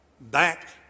back